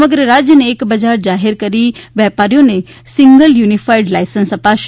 સમગ્ર રાજ્યને એક બજાર જાહેર કરી વેપારીઓને સિંગલ યુનિફાઈડ લાઇસન્સ અપાશે